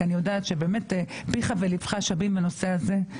כי אני יודעת שפיך ולבך שווים בנושא הזה,